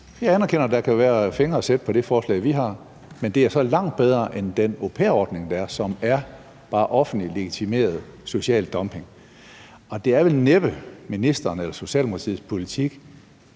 Jeg anerkender, at der kan være fingre at sætte på det forslag, vi har, men det er så langt bedre end den au pair-ordning, der er, som bare er offentligt legitimeret social dumping. Og det er vel næppe ministerens eller Socialdemokratiets politik